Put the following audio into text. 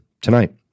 tonight